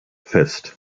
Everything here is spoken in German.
fest